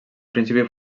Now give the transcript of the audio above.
principi